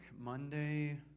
Monday